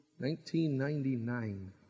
1999